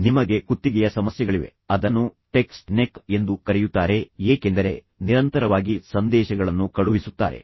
ನಿಮಗೆ ಕುತ್ತಿಗೆಯ ಸಮಸ್ಯೆಗಳಿವೆ ಅದನ್ನು ಟೆಕ್ಸ್ಟ್ ನೆಕ್ ಎಂದು ಕರೆಯುತ್ತಾರೆ ಏಕೆಂದರೆ ನಿರಂತರವಾಗಿ ಸಂದೇಶಗಳನ್ನು ಕಳುಹಿಸುತ್ತಾರೆ